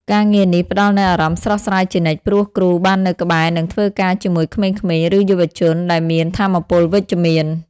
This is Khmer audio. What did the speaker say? ការងារនេះផ្តល់នូវអារម្មណ៍ស្រស់ស្រាយជានិច្ច ព្រោះគ្រូបាននៅក្បែរ និងធ្វើការជាមួយក្មេងៗ ឬយុវជនដែលមានថាមពលវិជ្ជមាន។